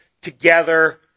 together